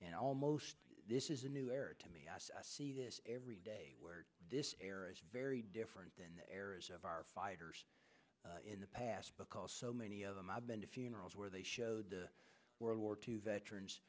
and almost this is a new era to me i see this every day where this area is very different than the areas of our fighters in the past because so many of them i've been to funerals where they showed world war two veterans